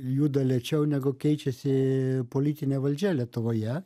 juda lėčiau negu keičiasi politinė valdžia lietuvoje